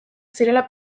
zirela